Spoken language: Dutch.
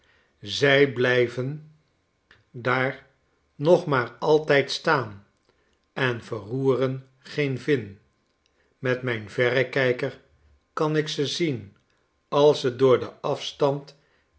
zij blijven daar nog maar altijd staan en verroeren geen vin met mijn verrekijker kan ik ze zien als ze door den afstand